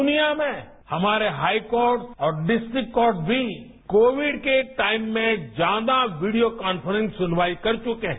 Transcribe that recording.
दुनिया में हमारे हाई कोर्ट्स और बिस्ट्रिक्ट कोर्ट्स भी कोविड के टाइम में ज्यादा वीडियो कांफ्रेंस सुनवाई कर चुके हैं